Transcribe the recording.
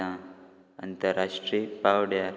आतां अंतरराष्ट्रीय पावड्यार